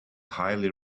highly